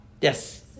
Yes